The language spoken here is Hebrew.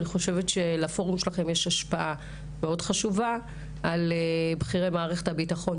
אני חושבת שלפורום שלכם יש השפעה מאוד חשובה על בכירי מערכת הביטחון,